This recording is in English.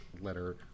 letter